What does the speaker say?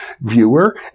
viewer